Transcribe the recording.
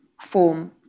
form